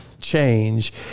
change